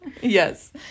Yes